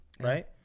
right